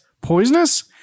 poisonous